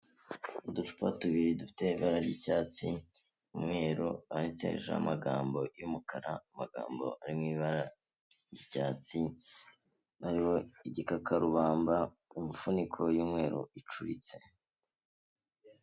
Uducupa tubiri dufite ibara ry'icyatsi umweru handikishijeho amagambo y'umukara amagambo ari mu ibara ry'icyatsi, hariho igikakarubamba, umufuniko y'umweru icuritse.